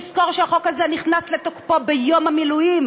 תזכור שהחוק הזה נכנס לתוקפו ביום המילואים.